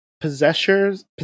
Possessors